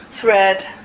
thread